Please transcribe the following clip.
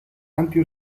anti